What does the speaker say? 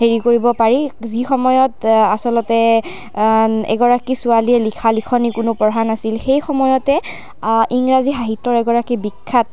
হেৰি কৰিব পাৰি যি সময়ত আচলতে এগৰাকী ছোৱালীয়ে লিখা লিখনি কোনো পঢ়া নাছিল সেই সময়তে ইংৰাজী সাহিত্যৰ এগৰাকী বিখ্যাত